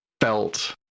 felt